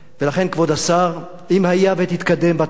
ולכן, כבוד השר, אם היה ותתקדם בתפקיד,